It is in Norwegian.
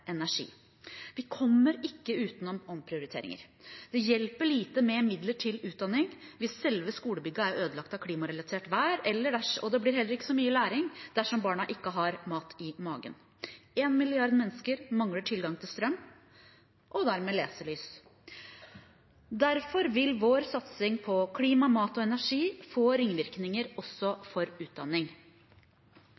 energi. Vi kommer ikke utenom omprioriteringer. Det hjelper lite med midler til utdanning hvis selve skolebygget er ødelagt av klimarelatert uvær, og det blir ikke så mye læring dersom barna ikke har mat i magen. Én milliard mennesker mangler tilgang til strøm og dermed leselys. Derfor vil vår satsing på klima, mat og energi få ringvirkninger også